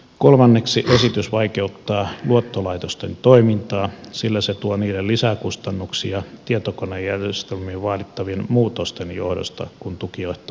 kolmanneksi esitys vaikeuttaa luottolaitosten toimintaa sillä se tuo niille lisäkustannuksia tietokonejärjestelmiin vaadittavien muutosten johdosta kun tukiehtoja muutetaan